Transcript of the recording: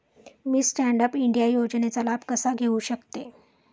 मी stand up India योजनेचा लाभ कसा घेऊ शकते